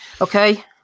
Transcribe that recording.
Okay